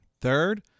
Third